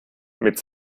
mit